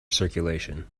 circulation